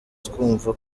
twumva